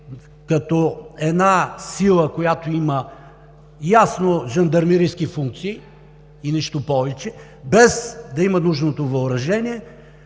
като една сила, която има ясно жандармерийски функции и нищо повече, без да има нужното въоръжение.